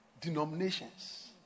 denominations